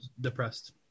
depressed